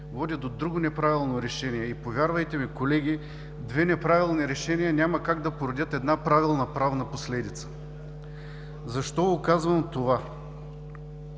води до друго неправилно решение. И, повярвайте ми, колеги, две неправилни решения няма как да породят една правилна правна последица. Защо казвам това?